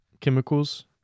chemicals